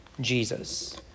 Jesus